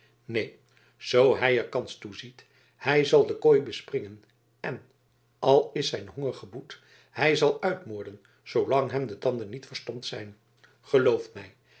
neen zoo hij er kans toe ziet hij zal de kooi bespringen en al is zijn honger geboet hij zal uitmoorden zoolang hem de tanden niet verstompt zijn gelooft mij